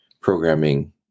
programming